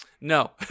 no